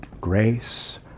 Grace